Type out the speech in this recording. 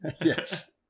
Yes